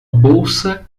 bolsa